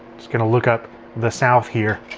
just gonna look up the south here.